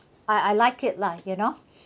I I like it lah you know